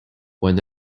when